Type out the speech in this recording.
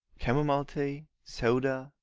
camomile tea? soda?